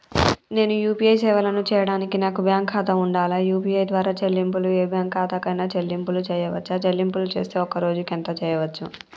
నేను యూ.పీ.ఐ సేవలను చేయడానికి నాకు బ్యాంక్ ఖాతా ఉండాలా? యూ.పీ.ఐ ద్వారా చెల్లింపులు ఏ బ్యాంక్ ఖాతా కైనా చెల్లింపులు చేయవచ్చా? చెల్లింపులు చేస్తే ఒక్క రోజుకు ఎంత చేయవచ్చు?